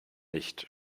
nicht